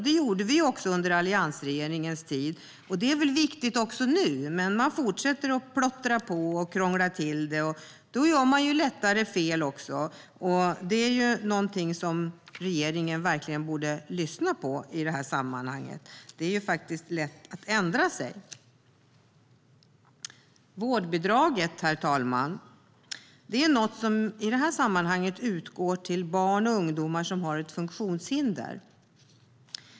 Det gjorde vi under alliansregeringens tid, och det är viktigt även nu. I stället fortsätter regeringen att plottra på och krångla till det, och då är det också lättare att göra fel. Det är något som regeringen verkligen borde lyssna på. Det är faktiskt lätt att ändra sig. Vårdbidraget, herr talman, utgår i det här sammanhanget till barn och ungdomar som har ett funktionshinder.